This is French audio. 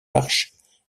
arches